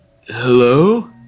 Hello